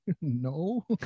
no